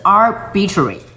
arbitrary